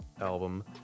album